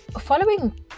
following